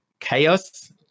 Chaos